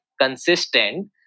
consistent